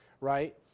right